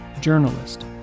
journalist